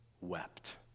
wept